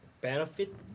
Benefit